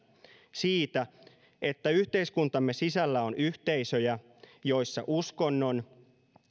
siitä että yhteiskuntamme sisällä on yhteisöjä joissa uskonnon